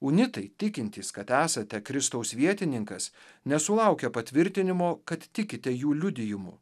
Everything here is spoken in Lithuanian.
unitai tikintys kad esate kristaus vietininkas nesulaukia patvirtinimo kad tikite jų liudijimu